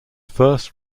first